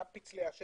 גם פצלי השמן.